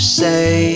say